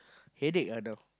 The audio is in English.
headache ah now